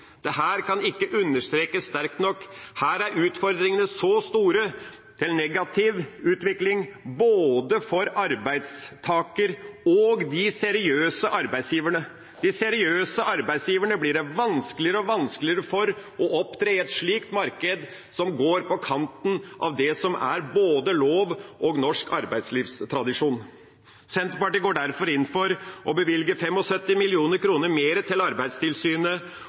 nok, her er utfordringene store til negativ utvikling for både arbeidstaker og de seriøse arbeidsgiverne. Det blir vanskeligere og vanskeligere for de seriøse arbeidsgiverne å opptre i et slikt marked som går på kanten av det som er både lov og norsk arbeidslivstradisjon. Senterpartiet går derfor inn for å bevilge 75 mill. kr mer til Arbeidstilsynet